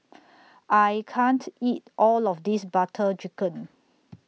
I can't eat All of This Butter Chicken